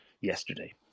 yesterday